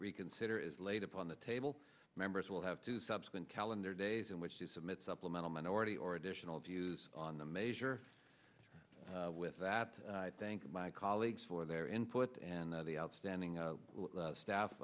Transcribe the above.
reconsider is laid upon the table members will have two subsequent calendar days in which to submit supplemental minority or additional views on the measure with that i thank my colleagues for their input and the outstanding